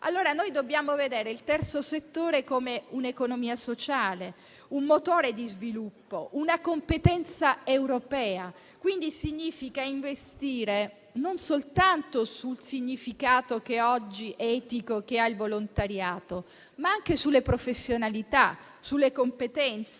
settore. Dobbiamo vedere il Terzo settore come un'economia sociale, un motore di sviluppo, una competenza europea e ciò significa investire non soltanto sul significato etico che oggi ha il volontariato, ma anche sulle professionalità e sulle competenze.